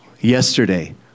Yesterday